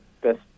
best